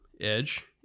edge